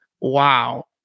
wow